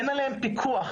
אין עליהם פיקוח,